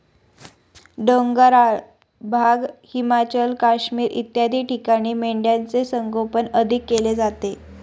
डोंगराळ भाग, हिमाचल, काश्मीर इत्यादी ठिकाणी मेंढ्यांचे संगोपन अधिक केले जाते